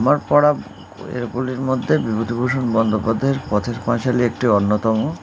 আমার পড়া বইগুলির মধ্যে বিভূতিভূষণ বন্দ্যোপাধ্যায়ের পথের পাঁচালী একটি অন্যতম